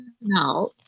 now